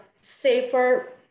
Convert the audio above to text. safer